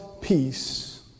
peace